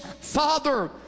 father